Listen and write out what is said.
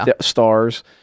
stars